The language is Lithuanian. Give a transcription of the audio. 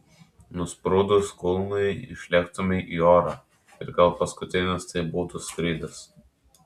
nusprūdus kulnui išlėktumei į orą ir gal paskutinis tai būtų skrydis